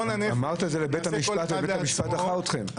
אמרתם את זה לבית המשפט, ובית המשפט דחה אתכם.